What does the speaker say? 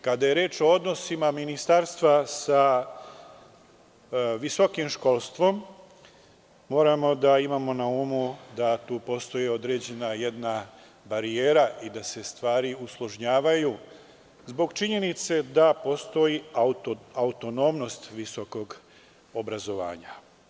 Kada je reč o odnosima Ministarstva sa visokim školstvom, moramo da imamo na umu da tu postoji jedna određena barijera i da se stvari usložnjavaju, zbog činjenice da postoji autonomnost visokog obrazovanja.